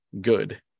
good